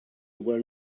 were